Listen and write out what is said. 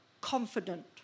confident